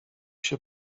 się